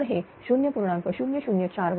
तर हे 0